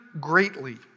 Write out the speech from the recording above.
greatly